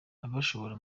abashoboye